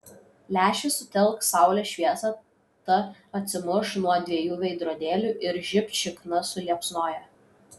lęšis sutelks saulės šviesą ta atsimuš nuo dviejų veidrodėlių ir žibt šikna suliepsnoja